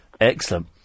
Excellent